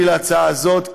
בשביל ההצעה הזאת,